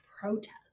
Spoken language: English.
protest